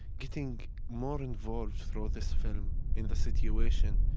getting more involved through this film in the situation,